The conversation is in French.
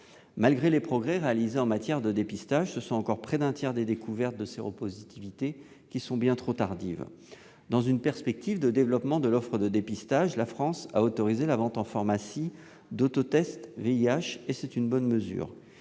Malgré les progrès réalisés en matière de dépistage, encore près d'un tiers des découvertes de séropositivités sont bien trop tardives. Dans une perspective de développement de l'offre de dépistage, la France a autorisé la vente en pharmacie d'autotests VIH, et c'est une bonne mesure.